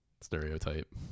stereotype